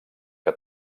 que